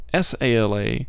SALA